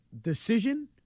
decision